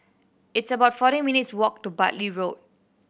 it's about forty minutes' walk to Bartley Road